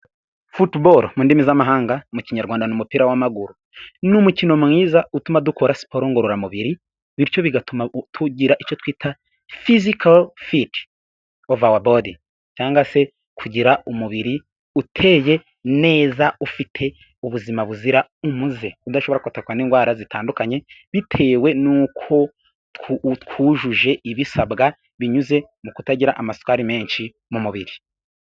Football mu ndimi z'amahanga mu ikinyarwanda numupira w'amaguru. Ni umukino mwiza utuma dukora siporo ngororamubiri bityo bigatuma tugira icyo twita fizikofiti cyangwa se kugira umubiri uteye neza ufite ubuzima buzira umuze udashobora kwatakwa n'indwara zitandukanye bitewe n'uko utujuje ibisabwa binyuze mu kutagira amasukari menshi mu mubiri.